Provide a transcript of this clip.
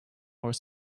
more